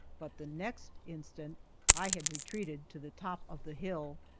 but the next instant i had retreated to the top of the hill,